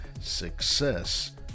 success